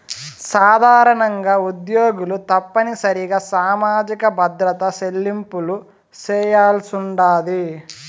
సాధారణంగా ఉద్యోగులు తప్పనిసరిగా సామాజిక భద్రత చెల్లింపులు చేయాల్సుండాది